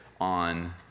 on